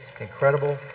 Incredible